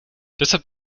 deshalb